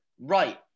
right